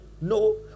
No